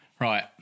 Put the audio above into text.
Right